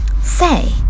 Say